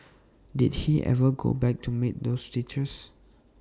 did he ever go back to meet those teachers